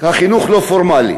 החינוך הלא-פורמלי.